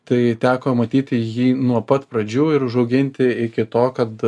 tai teko matyti jį nuo pat pradžių ir užauginti iki to kad